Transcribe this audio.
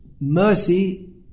mercy